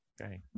Okay